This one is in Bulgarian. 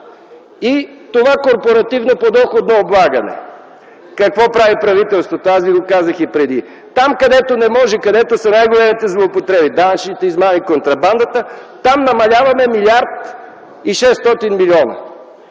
и това корпоративно подоходно облагане. Какво прави правителството? Аз ви казах и преди. Там, където не може, където са най-големите злоупотреби – данъчните измами, контрабандата, там намаляваме милиард и 600 милиона.